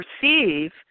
perceive